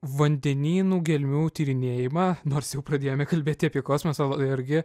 vandenynų gelmių tyrinėjimą nors jau pradėjome kalbėti apie kosmoso irgi